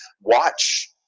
Watch